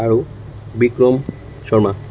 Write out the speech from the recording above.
আৰু বিক্ৰম শৰ্মা